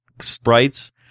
sprites